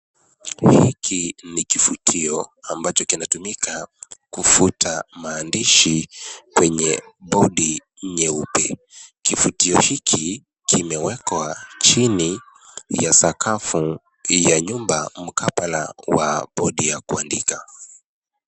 Hiki ni kifutio ambacho kinatumika kufuta maandishi kwenye bodi nyeupe. Kifutio hiki kimewekwa chini ya sakafu ya nyumba mkabala wa bodi ya kuandika.